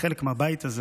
חלק מהבית הזה,